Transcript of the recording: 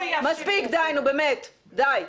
נו באמת, די.